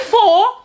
four